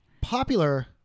Popular